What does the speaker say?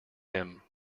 him